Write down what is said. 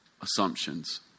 assumptions